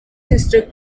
sister